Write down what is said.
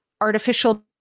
artificial